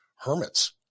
hermits